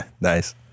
Nice